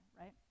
right